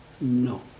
No